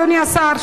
אדוני השר,